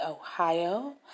Ohio